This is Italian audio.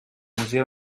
museo